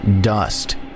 dust